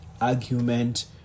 argument